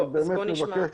אני באמת מבקש,